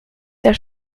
der